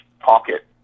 pocket